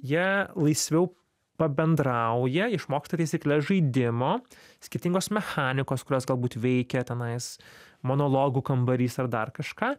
jie laisviau pabendrauja išmoksta taisykles žaidimo skirtingos mechanikos kurios galbūt veikia tenais monologų kambarys ar dar kažką